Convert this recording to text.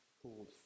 called